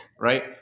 right